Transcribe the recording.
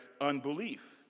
unbelief